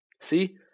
See